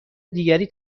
دیگری